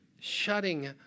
shutting